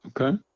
Okay